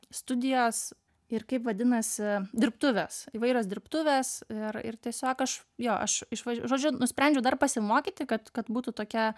studijos ir kaip vadinasi dirbtuvės įvairios dirbtuvės ir ir tiesiog aš jo aš išva žodžiu nusprendžiau dar pasimokyti kad kad būtų tokia